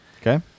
Okay